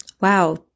Wow